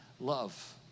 love